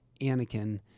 Anakin